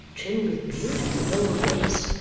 trimmed with beautiful gold lace,